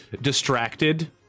Distracted